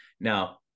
now